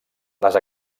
les